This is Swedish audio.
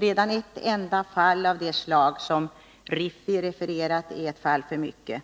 Redan ett enda fall av det slag som RIFFI refererat är ett fall för mycket.